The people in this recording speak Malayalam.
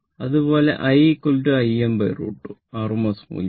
അതുപോലെ I Im √ 2 rms മൂല്യം